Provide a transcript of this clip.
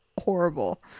horrible